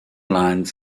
lines